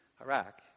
Iraq